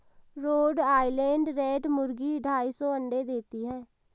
road Island Red मुर्गी ढाई सौ अंडे देती है